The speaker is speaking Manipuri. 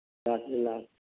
ꯔꯥꯁ ꯂꯤꯂꯥ